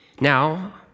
Now